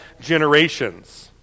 generations